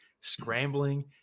scrambling